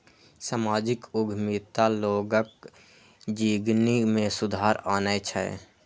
सामाजिक उद्यमिता लोगक जिनगी मे सुधार आनै छै